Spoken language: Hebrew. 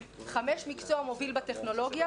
5 מקצוע מוביל בטכנולוגיה,